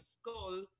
skull